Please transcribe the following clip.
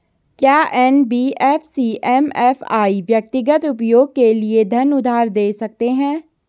क्या NBFC MFI व्यक्तिगत उपयोग के लिए धन उधार दें सकते हैं?